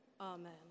Amen